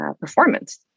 performance